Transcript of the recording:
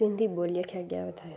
सिंधी ॿोलीअ खे अॻियां वधायो